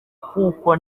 kuko